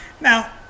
Now